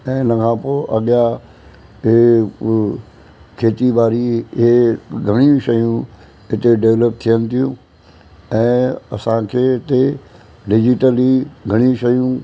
ऐं हिनखां पोइ अॻियां खेती ॿाड़ी इहे घणेई शयूं हिते डेवेलप थियनि थियूं ऐं असांखे हिते डिजिटली घणेई शयूं